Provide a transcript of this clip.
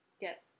get